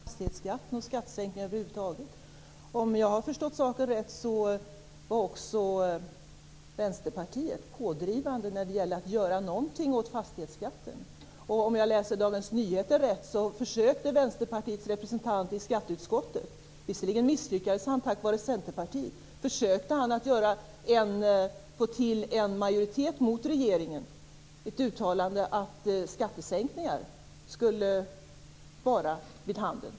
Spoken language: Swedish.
Fru talman! Jag blir något häpen när Hans Andersson tar upp fastighetsskatten och skattesänkningar över huvud taget. Om jag har förstått saken rätt var också Vänsterpartiet pådrivande när det gällde att göra någonting åt fastighetsskatten. Om jag läste Dagens Nyheter rätt försökte Vänsterpartiets representant i skatteutskottet - men han misslyckades tack vare Centerpartiet - få till en majoritet mot regeringen. Han uttalade att skattesänkningar skulle vara vid handen.